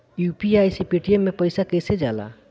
UPI से Paytm मे पैसा कइसे जाला?